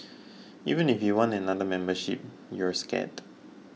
even if you want another membership you're scared